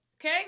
okay